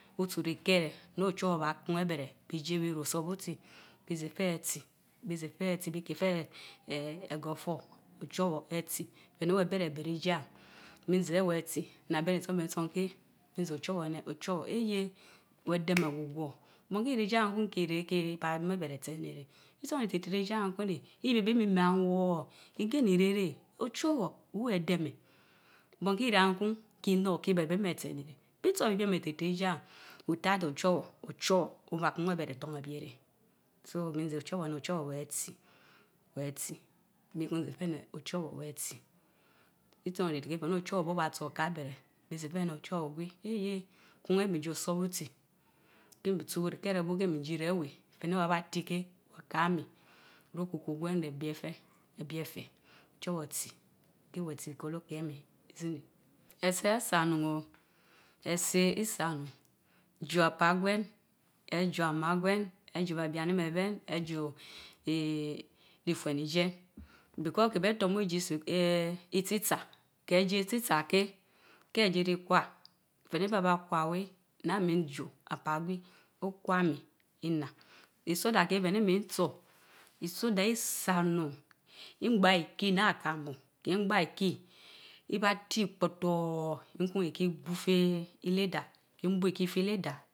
otsu reykeh reh neh ochowor baa kun ebereh bii jie bii reh otsorbutsi, bii zeh feh etsi. bii zeh feh etsi bii heh feh ee ugorfor, ochuowor etsi feh neh weh beh reh bereh ijieyun miin zeh wewh etsi. naan benson benson keh min zeh ochowor eneh, ochowor eeyeh! weh deme gwugwo. bonki ireh ijie yen kun keh ireh keh baa nim ebereh etso niii, neh neh eneh. itson rite rite ireh ijieyen kun neh ibeh bii mii meh eewoor, igain ireyreh, ochowor weh eedeme. Bonki irehanku kii nor keh beh bii men etsi enii, bitsa bibiem rite rile ijieyen without ochowor, ochowor obakun ebereh ton obiereh.